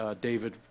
David